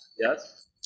Yes